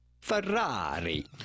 Ferrari